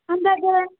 ಅಂದಾಗೆ